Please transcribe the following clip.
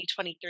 2023